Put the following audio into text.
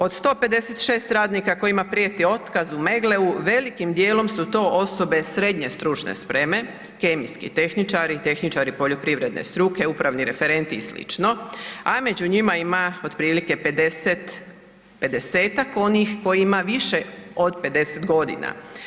Od 156 radnika kojima prijeti otkaz u Meggle-u velikim dijelom su to osobe srednje stručne spreme, kemijski tehničari, tehničari poljoprivredne struke, upravni referenti i sl., a među njima ima otprilike 50, 50-tak koji imaju više od 50 godina.